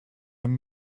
and